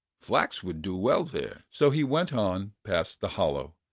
flax would do well there. so he went on past the hollow,